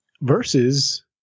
Versus